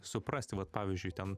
suprasti vat pavyzdžiui ten